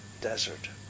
desert